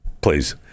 please